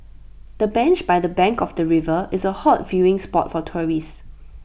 the bench by the bank of the river is A hot viewing spot for tourists